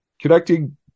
connecting